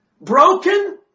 Broken